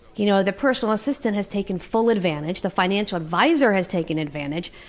you know the personal assistant has taken full advantage, the financial advisor has taken advantage,